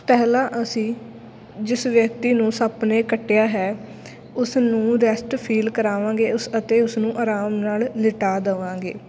ਪਹਿਲਾਂ ਅਸੀਂ ਜਿਸ ਵਿਅਕਤੀ ਨੂੰ ਸੱਪ ਨੇ ਕੱਟਿਆ ਹੈ ਉਸ ਨੂੰ ਰੈਸਟ ਫੀਲ ਕਰਾਵਾਂਗੇ ਉਸ ਅਤੇ ਉਸਨੂੰ ਆਰਾਮ ਨਾਲ ਲਿਟਾ ਦੇਵਾਂਗੇ